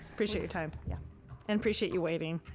so appreciate your time yeah and appreciate you waiting.